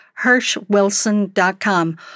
Hirschwilson.com